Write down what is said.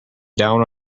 down